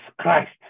Christ